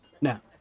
Now